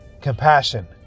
compassion